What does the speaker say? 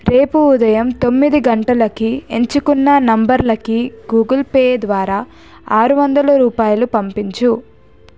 రేపు ఉదయం తొమ్మిది గంటలకి ఎంచుకున్న నంబర్లకి గూగుల్ పే ద్వారా ఆరు వందల రూపాయలు పంపించు